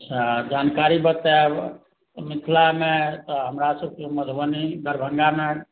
हँ जानकारी बतायब मिथिलामे तऽ हमरा सभकेँ मधुबनी दरभङ्गामे